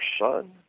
son